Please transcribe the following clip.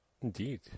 Indeed